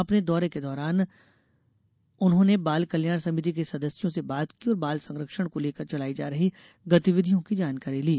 अपने दौरे के दौरान श्री आचार्यलू ने बाल कल्याण समिति के सदस्यों से बात की और बाल संरक्षण को लेकर चलाई जा रही गतिविधियों की जानकारी ली